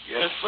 Yes